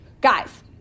guys